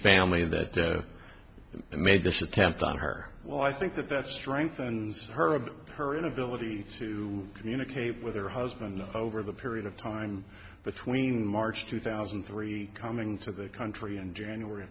family that made this attempt on her well i think that that strengthens her of her inability to communicate with her husband over the period of time between march two thousand and three coming to the country in january